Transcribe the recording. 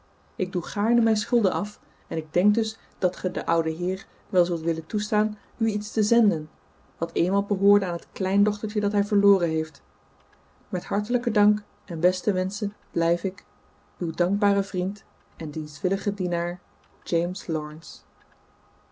ik doe gaarne mijn schulden af en ik denk dus dat ge den ouden heer wel zult willen toestaan u iets te zenden wat eenmaal behoorde aan het kleindochtertje dat hij verloren heeft met hartelijken dank en beste wenschen blijf ik uw dankbare vriend en dienstw dien james